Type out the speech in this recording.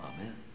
Amen